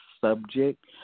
subject